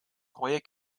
croyaient